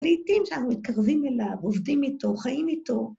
לעיתים שאנחנו מתקרבים אליו, עובדים איתו, חיים איתו.